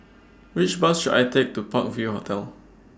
Which Bus should I Take to Park View Hotel